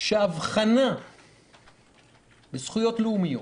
שאבחנה בזכויות לאומיות,